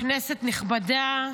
כנסת נכבדה,